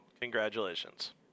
Congratulations